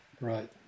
right